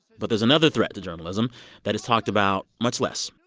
but there's another threat to journalism that is talked about much less.